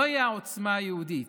זוהי העוצמה היהודית,